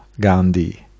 Gandhi